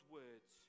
words